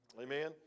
Amen